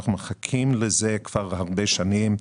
אנחנו מחכים לו כבר הרבה שנים.